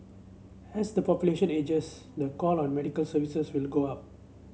as the population ages the call on medical services will go up